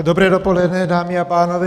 Dobré dopoledne, dámy a pánové.